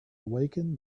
awaken